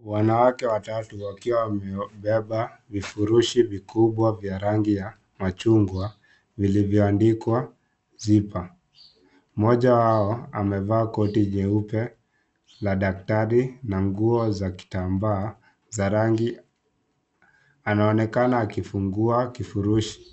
Wanawake watatu wakiwa wamebeba, vifurushi vikubwa vya rangi ya, machungwa, vilivyo andikwa,(cs) zipa(cs), mmoja wao, amevaa koti jeupe, la daktari, na nguo za kitambaa, za rangi, anaonekana akifungua kifurushi,